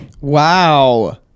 Wow